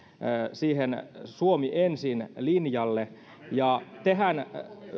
siihen suomi ensin linjalle ja tehän